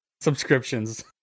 subscriptions